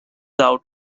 out